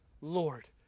Lord